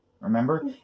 Remember